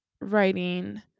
writing